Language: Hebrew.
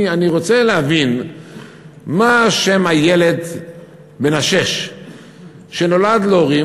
אני רוצה להבין מה אשם הילד בן השש שנולד להורים,